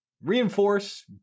reinforce